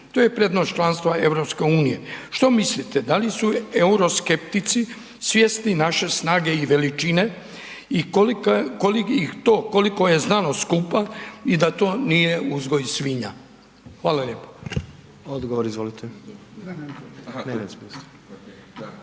To je prednost članstva EU. Što mislite, da li su euroskeptici svjesni naše snage i veličine i koliko je znanost skupa i da to nije uzgoj svinja? Hvala lijepo.